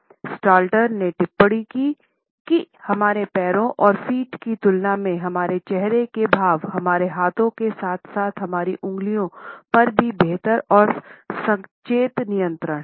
Stalter ने टिप्पणी की कि हमारे पैरों और फ़ीट की तुलना में हमारे चेहरे के भाव हमारे हाथों के साथ साथ हमारी उंगलियों पर भी बेहतर और सचेत नियंत्रण है